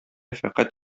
фәкать